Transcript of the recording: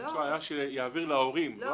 לא.